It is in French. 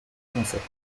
concept